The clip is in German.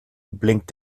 blinkt